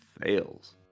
fails